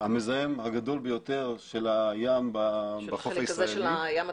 המזהם הגדול ביותר של הים --- של החלק הזה של הים התיכון.